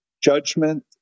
judgment